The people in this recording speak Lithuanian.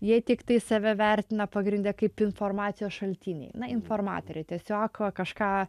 jie tiktai save vertina pagrinde kaip informacijos šaltinį informatoriai tiesiog kažką